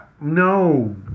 no